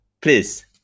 Please